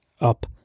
up